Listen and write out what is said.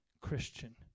Christian